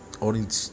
...orange